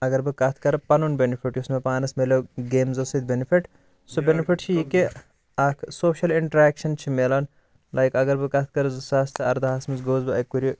اگر بہٕ کَتھ کَرٕ پَنُن بینِفِٹ یُس مےٚ مانَس ملیو گیمزٕو سۭتۍ بینِفِٹ سُہ بینِفِٹ چھُ یہِ کہِ اَکھ سوشل اِنٹَریکشَن چھُ ملان لایِک اَگر بہٕ کَتھ کَرٕ زٕ ساس تہٕ اَردہَس منٛز گووُس بہٕ اکہِ ؤریہِ